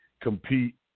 compete